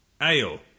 ale